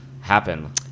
happen